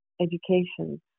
education